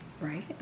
Right